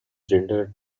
gender